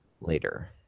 Later